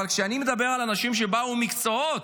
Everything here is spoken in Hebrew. אבל כשאני מדבר על אנשים שבאו עם מקצועות,